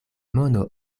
mono